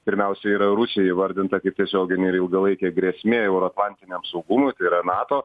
pirmiausia yra rusija įvardinta kaip tiesioginė ir ilgalaikė grėsmė euroatlantiniam saugumui tai yra nato